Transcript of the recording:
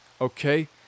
okay